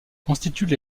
constituent